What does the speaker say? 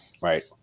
right